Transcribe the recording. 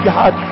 God